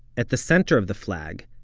at the center of the flag,